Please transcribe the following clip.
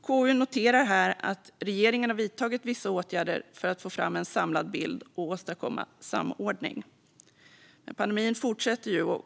KU noterar här att regeringen har vidtagit vissa åtgärder för att få fram en samlad bild och åstadkomma samordning, men pandemin fortsätter ju.